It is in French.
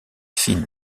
fine